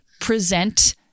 Present